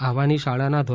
આહવાની શાળાના ધો